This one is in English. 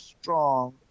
strong